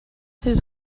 his